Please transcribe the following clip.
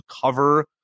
cover